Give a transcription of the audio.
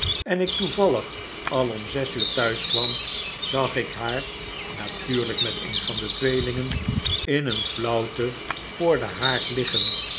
en ik toovallig al om zes liur thuis kwam zag ik haar natuurlijk met een van de tweelingen in david copperfield een flauwte voor den haard liggen